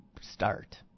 start